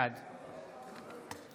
בעד